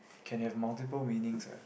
can have multiple meanings ah